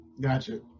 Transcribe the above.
Gotcha